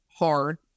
Hard